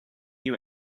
you